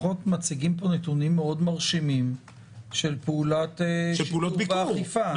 שלפחות מציגים פה נתונים מאוד מרשימים של פעולת שיטור ואכיפה.